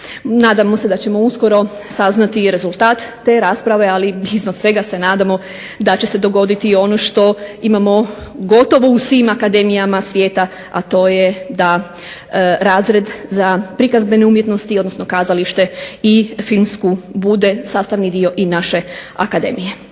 Nadamo se da ćemo uskoro saznati i rezultat te rasprave, ali iznad svega se nadamo da će se dogoditi ono što imamo gotovo u svim akademijama svijeta, a to je razred za prikazbene umjetnosti odnosno kazalište i filmsku bude i sastavni dio i naše akademije.